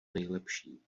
nejlepší